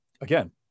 again